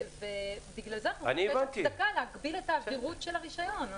בגלל זה אנחנו --- להגביל את העבירות של הרישיון.